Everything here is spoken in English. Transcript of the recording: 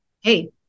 Hey